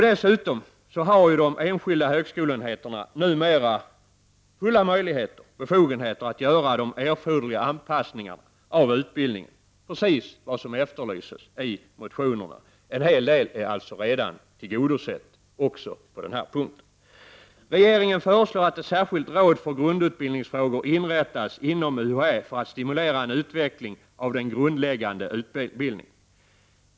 Dessutom har ju de enskilda högskoleenheterna numera befogenheter att göra de erforderliga anpassningar av utbildningen som efterlyses i motionerna. En hel del är alltså tillgodosett också på den här punkten. Regeringen föreslår att ett särskilt råd för grundutbildningsfrågor inrättas inom UHÄ för att stimulera en utveckling av den grundläggande utbildningen.